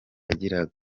yagiraga